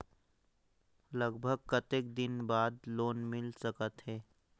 लगभग कतेक दिन बार लोन मिल सकत हे?